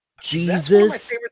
Jesus